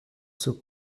zur